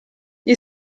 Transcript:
gli